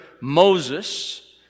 Moses